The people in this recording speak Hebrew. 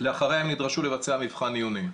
לאחריה הם נדרשו לבצע מבחן עיוני.